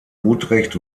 utrecht